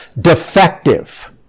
defective